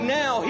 now